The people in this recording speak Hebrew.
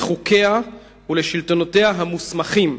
לחוקיה ולשלטונותיה המוסמכים,